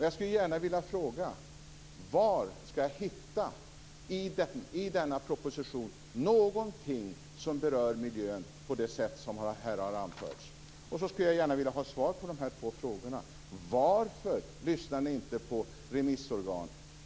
Jag skulle gärna vilja fråga: Var i denna proposition hittar jag någonting som berör miljön på det sätt som här har anförts? Sedan skulle jag gärna vilja ha svar på den här frågan: Varför lyssnar ni inte på remissorganen?